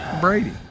Brady